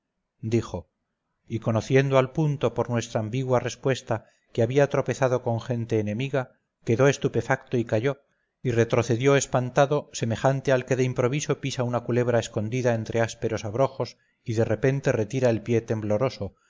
dijo y conociendo al punto por nuestra ambigua respuesta que había tropezado con gente enemiga quedó estupefacto y calló y retrocedió espantado semejante al que de improviso pisa una culebra escondida entre ásperos abrojos y de repente retira el pie tembloroso